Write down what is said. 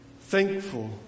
thankful